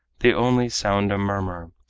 the only sound a murmur,